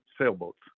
sailboats